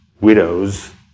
widows